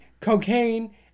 cocaine